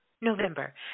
November